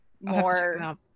more